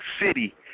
city